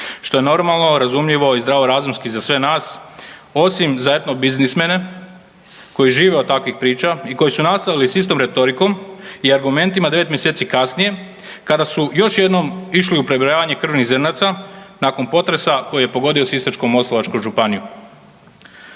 što je normalno, razumljivo i zdravorazumski za sve nas osim za etnobiznismene koji žive od takvih priča i koji su nastavili sa istom retorikom i argumentima 9 mjeseci kasnije kada su još jednom išli u prebrojavanje krvnih zrnaca nakon potresa koji je pogodio Sisačko-moslavačku županiju.